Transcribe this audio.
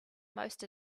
most